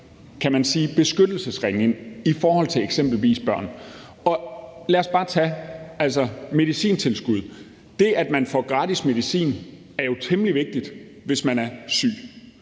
kan man sige, i forhold til eksempelvis børn. Lad os bare tage medicintilskuddet. Det, at man får gratis medicin, er jo temmelig vigtigt, hvis man er syg,